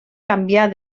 canviar